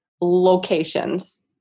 locations